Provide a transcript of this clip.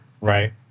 Right